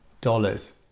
dollars